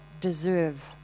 deserve